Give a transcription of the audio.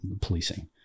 policing